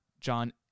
John